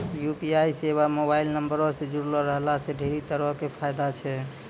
UPI सेबा mobile नंबरो से जुड़लो रहला से ढेरी तरहो के फायदा छै